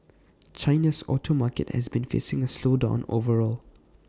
China's auto market has been facing A slowdown overall